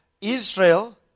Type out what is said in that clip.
Israel